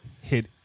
Hit